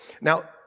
Now